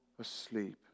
asleep